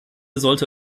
sollte